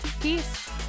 Peace